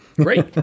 great